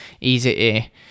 easy